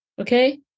Okay